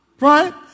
right